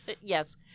Yes